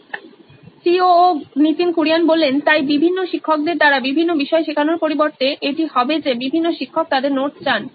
নীতিন কুরিয়ান সি ও ও নোইন ইলেকট্রনিক্স তাই বিভিন্ন শিক্ষকদের দ্বারা বিভিন্ন বিষয় শেখানোর পরিবর্তে এটি হবে যে বিভিন্ন শিক্ষক তাদের নোট চান